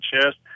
chest